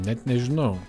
net nežinau